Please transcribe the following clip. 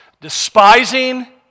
despising